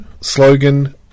slogan